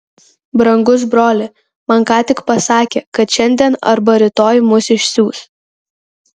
brangus broli man ką tik pasakė kad šiandien arba rytoj mus išsiųs